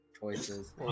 choices